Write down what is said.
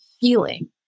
feeling